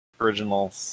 Original